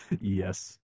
Yes